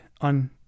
on